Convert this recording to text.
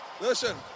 Listen